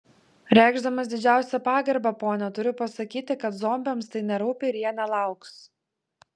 reikšdamas didžiausią pagarbą ponia turiu pasakyti kad zombiams tai nerūpi ir jie nelauks